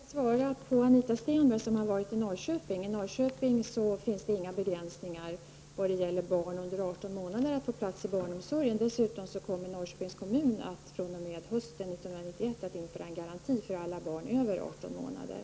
Herr talman! Jag vill kommentera Anita Stenbergs inlägg. Hon hade varit i Norrköping och besökt en förskola. I Norrköping finns det inga begränsningar för barn under 18 månader att få plats inom barnomsorgen. Dessutom kommer Norrköpings kommun att fr.o.m. hösten 1991 införa en garanti för alla barn över 18 månader.